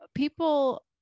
People